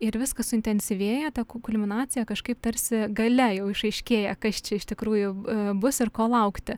ir viskas suintensyvėja ta ku kulminacija kažkaip tarsi gale jau išaiškėja kas čia iš tikrųjų bus ir ko laukti